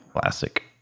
Classic